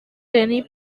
denny